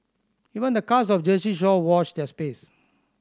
even the cast of Jersey Shore watch their space